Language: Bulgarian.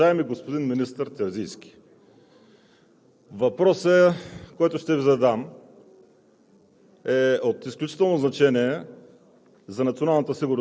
Уважаеми господин Председател, уважаеми дами и господа народни представители! Уважаеми господин министър Терзийски, въпросът, който ще Ви задам,